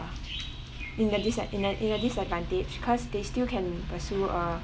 in the dis~ in the in the disadvantage cause they still can pursue a